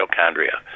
mitochondria